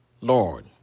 Lord